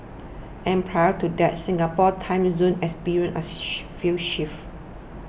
and prior to that Singapore's time zone experienced a few shifts